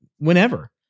Whenever